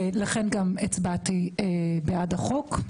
ולכן הצבעתי בעד החוק.